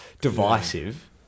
divisive